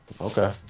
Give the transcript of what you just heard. Okay